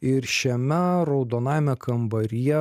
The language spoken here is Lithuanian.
ir šiame raudonajame kambaryje